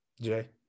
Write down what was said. Jay